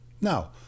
Now